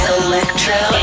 electro